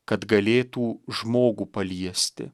kad galėtų žmogų paliesti